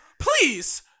please